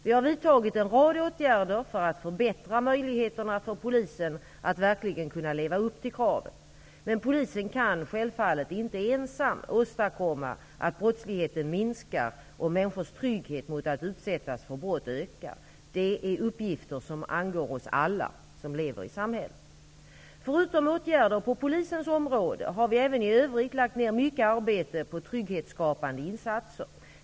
Vi har vidtagit en rad åtgärder för att förbättra möjligheterna för polisen att verkligen kunna leva upp till kraven. Men polisen kan självfallet inte ensamma åstadkomma att brottsligheten minskar och människors trygghet mot att utsättas för brott ökar. Det är uppgifter som angår oss alla som lever i samhället. Förutom åtgärder på polisens område har vi även i övrigt lagt ner mycket arbete på trygghetsskapande insatser.